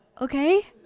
okay